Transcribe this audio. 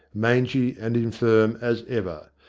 mangy and infirm as ever,